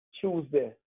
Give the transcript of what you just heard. Tuesday